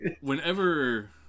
Whenever